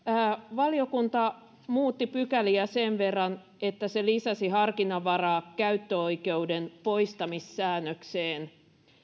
valiokunta muutti pykäliä sen verran että se lisäsi harkinnanvaraa käyttöoikeuden poistamissäännökseen